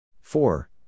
Four